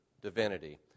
divinity